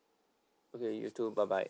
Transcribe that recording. okay you too bye bye